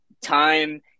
time